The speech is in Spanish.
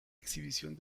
exhibición